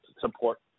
support